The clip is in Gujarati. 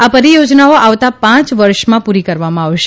આ પરિયોજનાઓ આવતા પાંય વર્ષમાં પૂરી કરવામાં આવશે